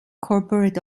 corporate